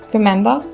Remember